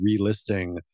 relisting